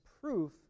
proof